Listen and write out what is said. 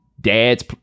Dad's